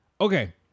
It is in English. Okay